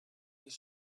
his